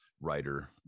writer